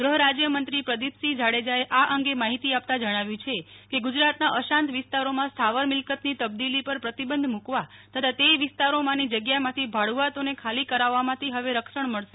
ગૃહમંત્રી પ્રદિપસિંહ જાડેજાએ આ અંગે માહિતી આપતા જણાવ્યું હતું કે ગુજરાતના અશાંત વિસ્તારોમાં સ્થાવર મિલકતની તબદીલી પર પ્રતિબંધ મુકવા તથા તે વિસ્તારોમાની જગ્યામાંથી ભાડુઆતોને ખાલી કરાવવામાંથી હવે હવે રક્ષણ મળશે